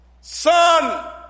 Son